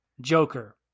Joker